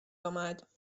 آمد